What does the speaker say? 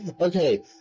okay